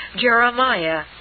Jeremiah